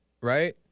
right